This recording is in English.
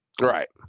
Right